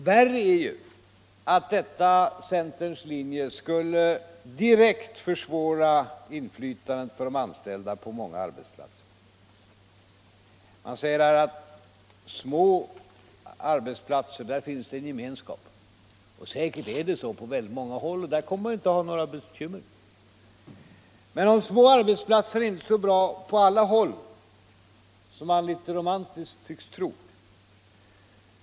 Värre är ju att denna centerns linje skulle direkt försvåra inflytandet för de anställda på många arbetsplatser. Man säger att det på små arbetsplatser finns en gemenskap. Säkert är det så på många håll, och där kommer man inte att ha några bekymmer. Men de små arbetsplatserna är inte så bra på alla håll som man litet romantiskt tycks tro.